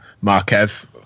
Marquez